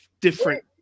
different